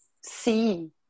see